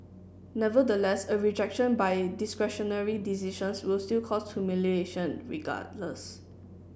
nevertheless a rejection by discretionary decisions will still cause humiliation regardless